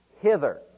hither